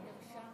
אדוני